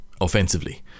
offensively